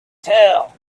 tell